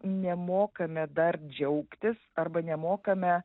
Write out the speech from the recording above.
nemokame dar džiaugtis arba nemokame